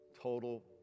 Total